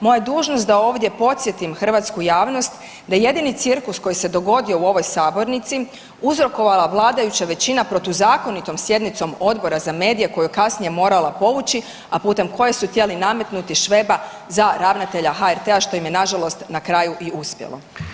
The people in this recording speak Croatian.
Moja je dužnost da ovdje podsjetim hrvatsku javnost da jedini cirkus koji se dogodio u ovoj sabornici je uzrokovala vladajuća većina protuzakonitom sjednicom Odbora za medije koju je kasnije morala povući, a putem koje su htjeli nametnuti Šveba za ravnatelja HRT-a što im je na žalost na kraju i uspjelo.